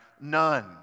None